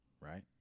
right